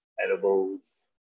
edibles